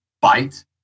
bite